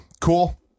cool